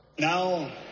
now